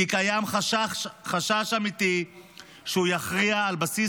כי קיים חשש אמיתי שהוא יכריע על בסיס